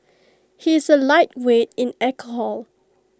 he is A lightweight in alcohol